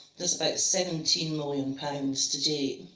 just about seventeen million pounds today.